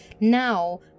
now